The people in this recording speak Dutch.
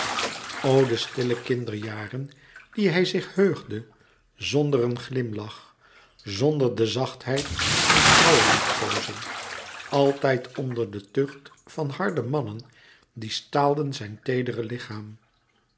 de stille kinderjaren die hij zich heugde zonder een glimlach zonder de zachtheid van vrouwe liefkoozing altijd onder de tucht van louis couperus metamorfoze harde mannen die staalden zijn teedere lichaam